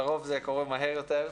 לרוב זה קורה מהר יותר,